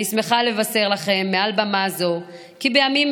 אני שמחה לבשר לכם מעל במה זו כי בימים